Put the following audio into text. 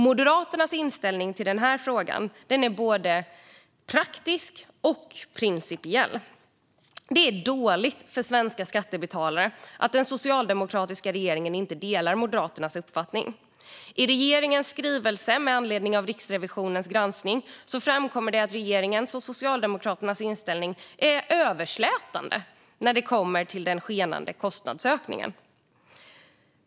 Moderaternas inställning till denna fråga är både praktisk och principiell. Det är dåligt för svenska skattebetalare att den socialdemokratiska regeringen inte delar Moderaternas uppfattning. I regeringens skrivelse med anledning av Riksrevisionens granskning framkommer att regeringens och Socialdemokraternas inställning är överslätande när det gäller den skenande kostnadsökningen.